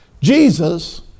Jesus